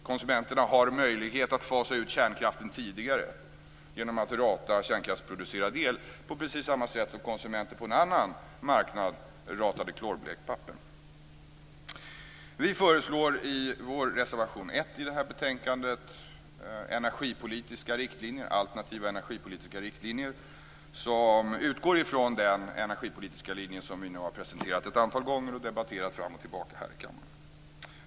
Konsumenterna har möjlighet att fasa ut kärnkraften tidigare genom att rata kärnkraftsproducerad el, på precis samma sätt som konsumenter på en annan marknad ratade klorblekt papper. Vi föreslår i vår reservation 1 i detta betänkande alternativa energipolitiska riktlinjer som utgår från den energipolitiska linje som vi nu har presenterat ett antal gånger och debatterat fram och tillbaka här i kammaren.